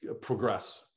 progress